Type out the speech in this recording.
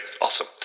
awesome